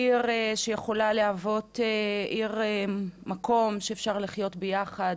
באר שבע היא עיר שיכולה להוות מקום שאפשר לחיות בו ביחד,